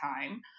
time